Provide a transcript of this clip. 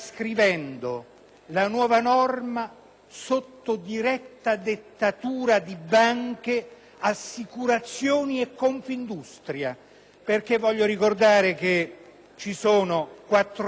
sotto diretta dettatura di banche, assicurazioni e Confindustria; voglio ricordare, infatti, che ci sono 450.000 risparmiatori